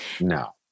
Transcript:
No